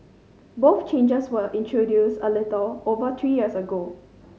both changes were introduced a little over three years ago